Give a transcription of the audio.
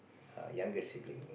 err younger sibling